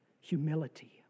Humility